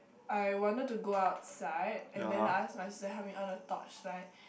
I wanted to go outside and then I ask my sister help me on the torchlight